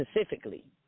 specifically